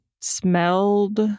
smelled